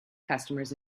customers